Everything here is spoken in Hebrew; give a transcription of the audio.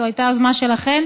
זו הייתה יוזמה שלכן,